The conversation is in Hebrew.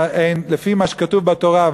אז לפי מה שכתוב בתורה,